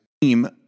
team